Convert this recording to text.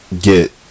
get